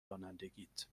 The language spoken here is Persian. رانندگیت